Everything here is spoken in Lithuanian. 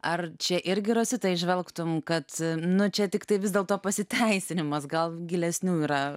ar čia irgi rosita įžvelgtum kad nu čia tiktai vis dėlto pasiteisinimas gal gilesnių yra